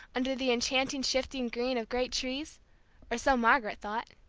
under the enchanted shifting green of great trees or so margaret thought.